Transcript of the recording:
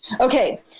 Okay